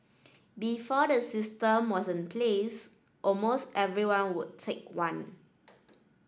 before the system was in place almost everyone would take one